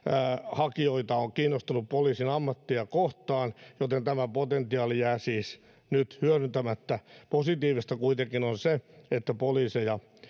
hakijoita on kiinnostusta poliisin ammattia kohtaan joten tämä potentiaali jää siis nyt hyödyntämättä positiivista kuitenkin on se että poliiseja